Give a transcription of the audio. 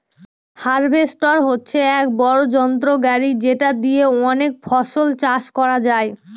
harvester হচ্ছে এক বড়ো যন্ত্র গাড়ি যেটা দিয়ে অনেক ফসল চাষ করা যায়